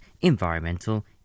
environmental